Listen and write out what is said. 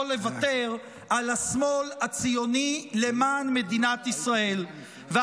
וכיכר ציון ועד ההזמנה של